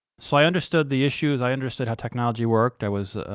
so i understood the issues, i understood how technology worked, i was,